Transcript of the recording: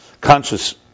conscious